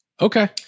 Okay